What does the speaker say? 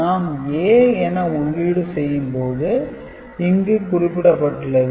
நாம் A என உள்ளீடு செய்யும் போது இங்கு குறிப்பிடப்பட்டுள்ளது